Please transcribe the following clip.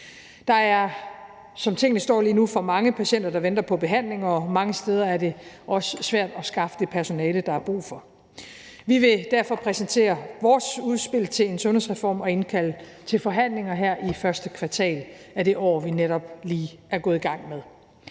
nu, for mange patienter, der venter på behandling, og mange steder er det også svært at skaffe det personale, der er brug for. Vi vil derfor præsentere vores udspil til en sundhedsreform og indkalde til forhandlinger her i første kvartal af det år, vi netop er gået i gang med.